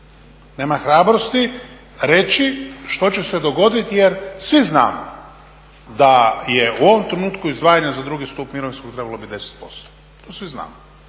nema hrabrosti reći što će se dogoditi jer svi znamo da je u ovom trenutku izdvajanje za drugi stup mirovinskog trebalo bit 10%, to svi znamo,